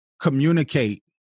communicate